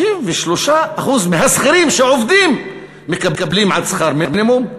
33% מהשכירים שעובדים מקבלים עד שכר מינימום.